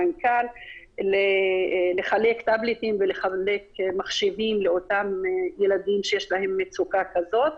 המנכ"ל לחלק טבלטים ולחלק מחשבים לאותם ילדים שיש להם מצוקה כזאת.